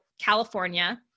California